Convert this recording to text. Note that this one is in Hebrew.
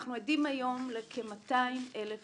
אנחנו עדים היום לכ-200,000 חניכים.